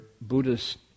Buddhist